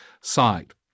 side